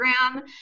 program